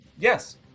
Yes